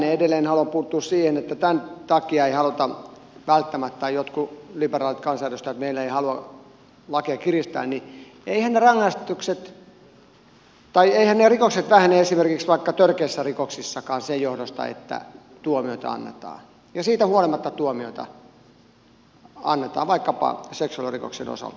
edelleen haluan puuttua siihen kun tämän takia ei haluta välttämättä jotkut liberaalit kansanedustajat meillä eivät halua lakia kiristää että eiväthän ne rikokset vähene esimerkiksi vaikka törkeissä rikoksissakaan sen johdosta että tuomioita annetaan ja siitä huolimatta tuomioita annetaan vaikkapa seksuaalirikoksien osalta